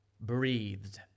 breathed